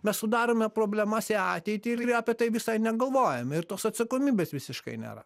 mes sudarome problemas į ateitį ir apie tai visai negalvojam ir tos atsakomybės visiškai nėra